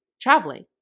traveling